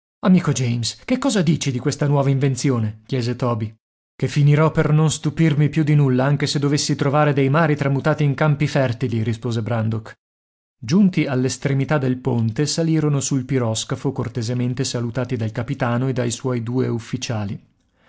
amico james che cosa dici di questa nuova invenzione chiese toby che finirò per non stupirmi più di nulla anche se dovessi trovare dei mari tramutati in campi fertili rispose brandok giunti all'estremità del ponte salirono sul piroscafo cortesemente salutati dal capitano e dai suoi due ufficiali